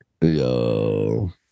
Yo